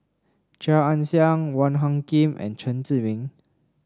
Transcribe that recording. Chia Ann Siang Wong Hung Khim and Chen Zhiming